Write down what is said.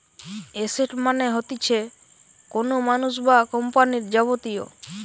asset মানে হতিছে কোনো মানুষ বা কোম্পানির যাবতীয়